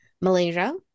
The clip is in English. Malaysia